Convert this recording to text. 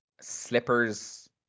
slippers